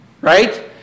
Right